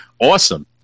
awesome